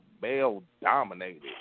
male-dominated